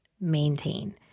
maintain